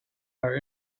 our